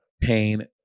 pain